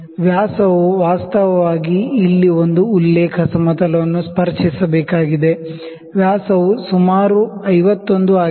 ವ್ಯಾಸವು ವಾಸ್ತವವಾಗಿ ಇಲ್ಲಿ ಒಂದು ಉಲ್ಲೇಖ ಸಮತಲವನ್ನು ಸ್ಪರ್ಶಿಸಬೇಕಾಗಿದೆ ವ್ಯಾಸವು ಸುಮಾರು 51 ಆಗಿದೆ